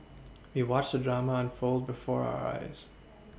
we watched the drama unfold before our eyes